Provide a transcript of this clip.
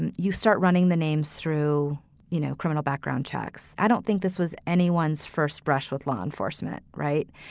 and you start running the names through you know criminal background checks. i don't think this was anyones first brush with law enforcement. right.